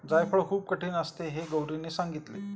जायफळ खूप कठीण असते हे गौरीने सांगितले